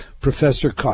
Professor